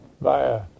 via